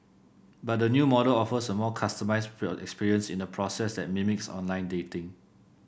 but the new model offers a more customised experience in a process that mimics online dating